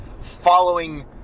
following